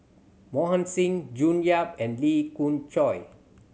Mohan Singh June Yap and Lee Khoon Choy